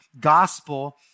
gospel